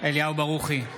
אליהו ברוכי,